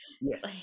Yes